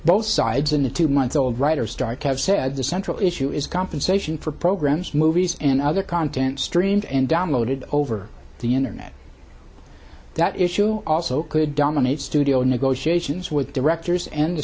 both sides in the two month old writers strike have said the central issue is compensation for programs movies and other content streamed and downloaded over the internet that issue also could dominate studio negotiations with directors and